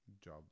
job